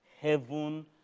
heaven